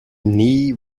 knee